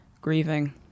grieving